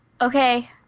Okay